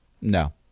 No